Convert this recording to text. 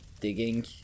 digging